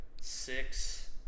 Six